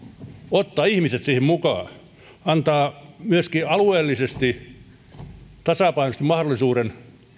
ottaa ihmiset siihen mukaan antaa myöskin alueellisesti tasapainoisesti mahdollisuuden